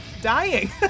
dying